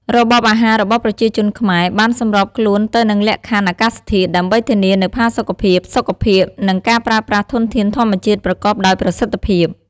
របបអាហាររបស់ប្រជាជនខ្មែរបានសម្របខ្លួនទៅនឹងលក្ខខណ្ឌអាកាសធាតុ ដើម្បីធានានូវផាសុកភាព សុខភាព និងការប្រើប្រាស់ធនធានធម្មជាតិប្រកបដោយប្រសិទ្ធភាព។